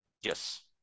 Yes